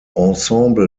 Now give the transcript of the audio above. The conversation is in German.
ensemble